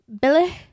Billy